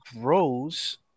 grows